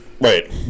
Right